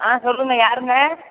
ஆ சொல்லுங்க யாருங்க